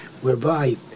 whereby